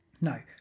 No